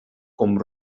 com